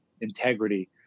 integrity